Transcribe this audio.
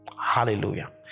hallelujah